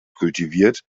kultiviert